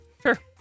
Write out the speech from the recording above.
Sure